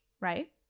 right